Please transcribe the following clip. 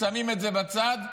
שמים את זה בצד ואומרים: